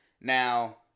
Now